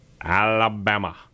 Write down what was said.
Alabama